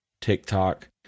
TikTok